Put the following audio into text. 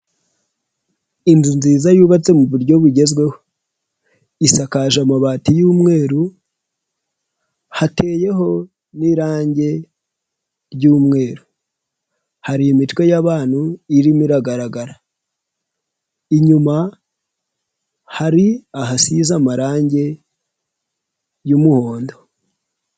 Inzu nziza yubatse mu buryo bugezweho, isakaje amabati y'umweru hateyeho n'irangi ry'umweru, hari imitwe y'abantu irimo iragaragara, inyuma hari ahasize amarangi y'umuhondo.